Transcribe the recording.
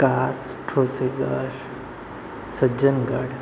Kas Thoseghar Sajjangad